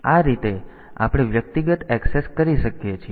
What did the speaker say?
તેથી આ રીતે આપણે વ્યક્તિગત ઍક્સેસ કરી શકીએ છીએ